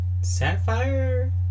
Sapphire